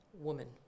woman